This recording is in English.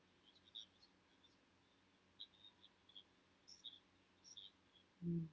mm